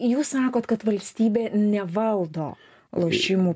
jūs sakot kad valstybė nevaldo lošimų